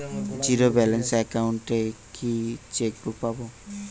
Zero balance account এ কি chequebook পাব?